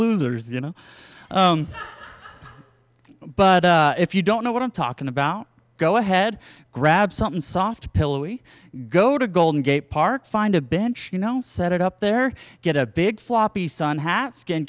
losers you know but if you don't know what i'm talking about go ahead grab something soft pillow go to golden gate park find a bench you know set it up there get a big floppy sun hat skin